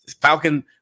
Falcon